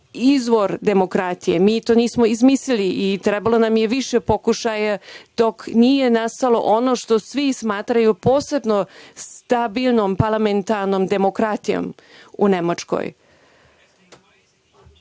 izvor demokratije. Mi to nismo izmislili i trebalo nam je više pokušaja dok nije nastalo ono što svi smatraju, posebnom stabilnom parlamentarnom demokratijom u Nemačkoj. Iz